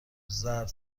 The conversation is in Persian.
زرد